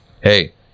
Hey